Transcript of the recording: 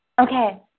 Okay